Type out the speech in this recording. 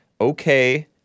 Okay